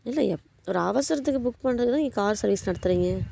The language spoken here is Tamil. இல்லை எப் ஒரு அவசரத்துக்கு புக் பண்ணுறதுக்கு தான் நீங்கள் கார் சர்வீஸ் நடத்துறீங்க